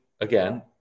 Again